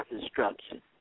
destruction